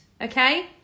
okay